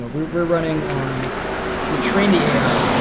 ah we're we're running on to train the ai,